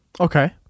Okay